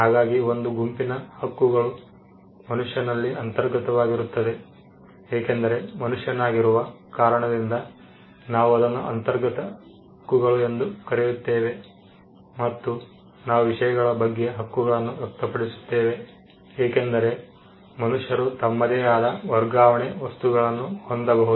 ಹಾಗಾಗಿ ಒಂದು ಗುಂಪಿನ ಹಕ್ಕುಗಳು ಮನುಷ್ಯನಲ್ಲಿ ಅಂತರ್ಗತವಾಗಿರುತ್ತದೆ ಏಕೆಂದರೆ ಮನುಷ್ಯನಾಗಿರುವ ಕಾರಣದಿಂದ ನಾವು ಅದನ್ನು ಅಂತರ್ಗತ ಹಕ್ಕುಗಳು ಎಂದು ಕರೆಯುತ್ತೇವೆ ಮತ್ತು ನಾವು ವಿಷಯಗಳ ಬಗ್ಗೆ ಹಕ್ಕುಗಳನ್ನು ವ್ಯಕ್ತಪಡಿಸುತ್ತೇವೆ ಏಕೆಂದರೆ ಮನುಷ್ಯರು ತಮ್ಮದೇ ಆದ ವರ್ಗಾವಣೆ ವಸ್ತುಗಳನ್ನು ಹೊಂದಬಹುದು